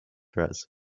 res